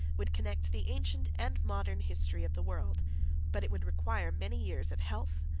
would connect the ancient and modern history of the world but it would require many years of health,